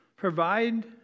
Provide